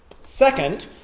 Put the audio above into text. Second